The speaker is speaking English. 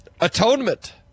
atonement